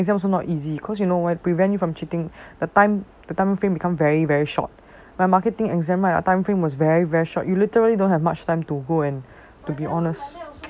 no but actually online exam also not easy cause you know why prevent you from cheating the time the time frame become very very short my marketing exam right the time frame was very very short you literally don't have much time to go and to be honest